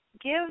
give